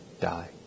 die